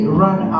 run